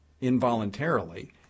involuntarily